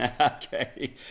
Okay